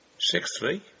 Sixthly